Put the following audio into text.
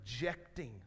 rejecting